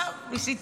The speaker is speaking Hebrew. טוב, ניסיתי.